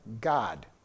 God